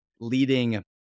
leading